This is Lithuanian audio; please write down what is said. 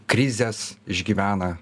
krizes išgyvena